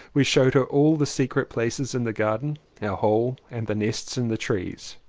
we showed her all the secret places in the garden a our hole, and the nests in the trees.